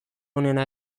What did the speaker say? onena